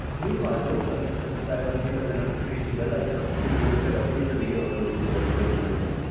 meanwhile, don't forget to subscribe and hit on the notification bell icon to be notified of future video uploads, so that you don't miss them.